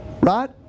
Right